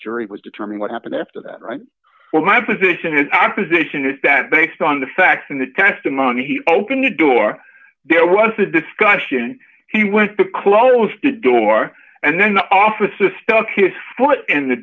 was determined what happened after that right well my position is opposition is that based on the facts and the testimony he opened the door there was a discussion he went to close the door and then the officer stuck his foot in the